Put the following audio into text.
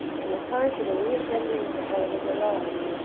and the time for the reassembling of the houses arrived.